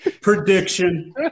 prediction